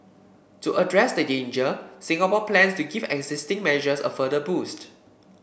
to address the danger Singapore plans to give existing measures a further boost